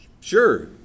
sure